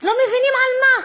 לא מבינים על מה.